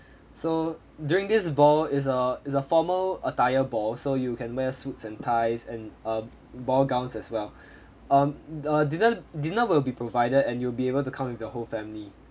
so during this ball it's a it's a formal attire ball so you can wear suits and ties and uh ball gowns as well um err dinner dinner will be provided and you'll be able to come with your whole family